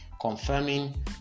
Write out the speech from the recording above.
confirming